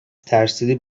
ترسیدی